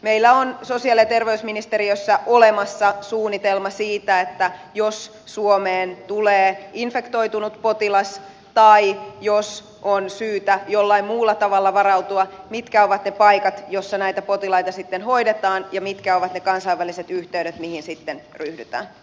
meillä on sosiaali ja terveysministeriössä olemassa suunnitelma siitä että jos suomeen tulee infektoitunut potilas tai jos on syytä jollain muulla tavalla varautua niin mitkä ovat ne paikat joissa näitä potilaita sitten hoidetaan ja mitkä ovat ne kansainväliset yhteydet mihin sitten ryhdytään